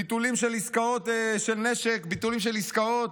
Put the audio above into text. ביטולים של עסקאות של נשק, ביטולים של עסקאות.